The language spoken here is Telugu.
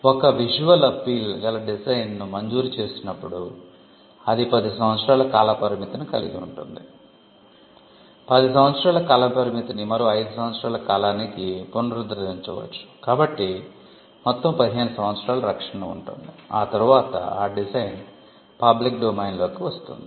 ఒక విజువల్ అప్పీల్ లోకి వస్తుంది